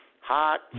Hot